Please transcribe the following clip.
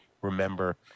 remember